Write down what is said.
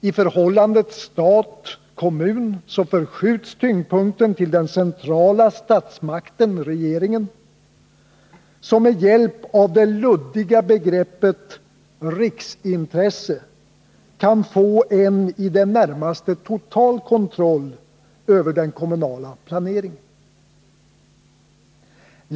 I förhållandet stat-kommun förskjuts tyngdpunkten till den centrala statsmakten-regeringen som med hjälp av det luddiga begreppet ”riksintresse” kan få en i det närmaste total kontroll över den kommunala planeringen.